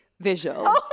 Visual